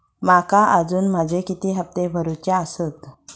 माका अजून माझे किती हप्ते भरूचे आसत?